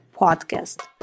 podcast